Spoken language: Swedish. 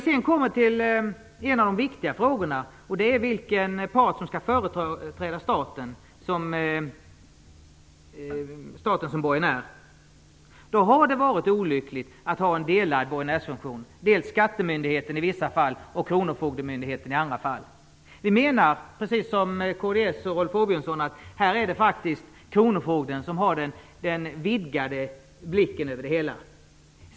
Sedan kommer vi till en av de viktiga frågorna, nämligen vilken part som skall företräda staten som borgenär. Det har varit olyckligt att ha en delad borgenärsfunktion. I vissa fall är det skattemyndigheten, och i andra fall kronofogdemyndigheten. Vi i Vänsterpartiet menar, precis som kds och Rolf Åbjörnsson, att det är kronofogden som här har den vidgade blicken över det hela.